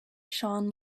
shone